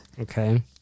Okay